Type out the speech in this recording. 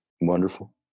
Wonderful